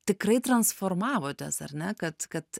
tikrai transformavotės ar ne kad kad